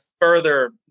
further